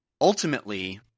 ultimately